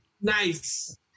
Nice